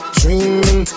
dreaming